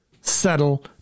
settle